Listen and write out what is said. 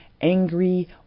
angry